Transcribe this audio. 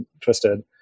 twisted